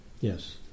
Yes